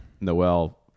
Noel